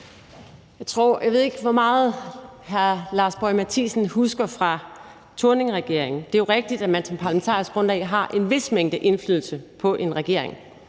Jeg ved ikke, hvor meget hr. Lars Boje Mathiesen husker fra Thorningregeringen. Det er jo rigtigt, at man som parlamentarisk grundlag har en vis mængde indflydelse på en regering.